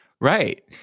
right